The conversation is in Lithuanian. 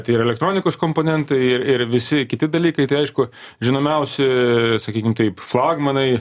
tai ir elektronikos komponentai ir ir visi kiti dalykai tai aišku žinomiausi sakykim taip flagmanai